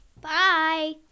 bye